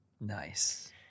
Nice